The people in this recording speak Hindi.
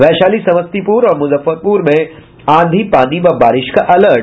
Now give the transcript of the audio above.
वैशाली समस्तीपुर और मुजफ्फरपुर में आंधी पानी व बारिश का अलर्ट